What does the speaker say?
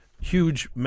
huge